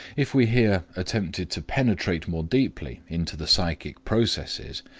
if we here attempted to penetrate more deeply into the psychic processes,